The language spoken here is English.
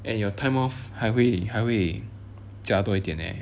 and your time off 还会还会加多一点 eh